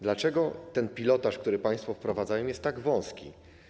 Dlaczego ten pilotaż, który państwo wprowadzają, jest tak wąski?